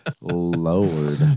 Lord